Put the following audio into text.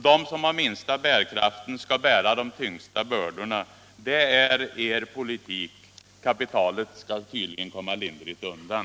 De som har den minsta bärkraften skall bära de tyngsta bördorna — det är er politik. Kapitalet skall tydligen komma lindrigt undan.